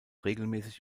regelmäßig